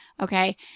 Okay